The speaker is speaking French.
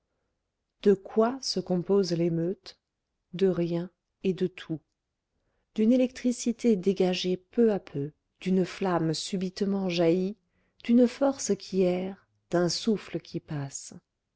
de quoi se compose l'émeute de rien et de tout d'une électricité dégagée peu à peu d'une flamme subitement jaillie d'une force qui erre d'un souffle qui passe